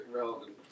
relevant